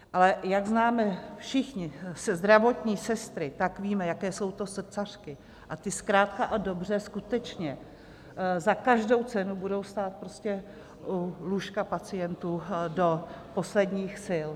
Ale jak známe všichni zdravotní sestry, tak víme, jaké jsou to srdcařky, a ty zkrátka a dobře skutečně za každou cenu budou stát u lůžka pacientů do posledních sil.